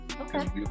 Okay